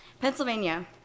Pennsylvania